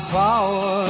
power